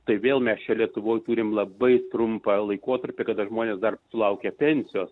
tai vėl mes čia lietuvoje turime labai trumpą laikotarpį kada žmonės dar laukia pensijos